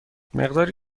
مقداری